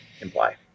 imply